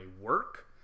work